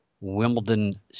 Wimbledon